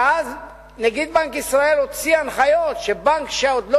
ואז נגיד בנק ישראל הוציא הנחיות שבנק שעוד לא